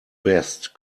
best